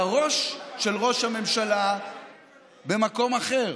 והראש של ראש הממשלה במקום אחר.